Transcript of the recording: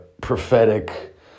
prophetic